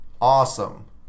awesome